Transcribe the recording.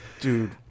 dude